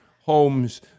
homes